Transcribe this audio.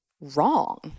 wrong